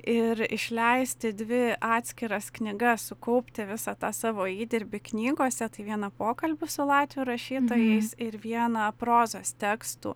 ir išleisti dvi atskiras knygas sukaupti visą tą savo įdirbį knygose tai vieną pokalbių su latvių rašytojais ir vieną prozos tekstų